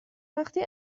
وقتی